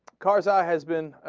karzai has been ah.